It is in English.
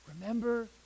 remember